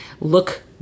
look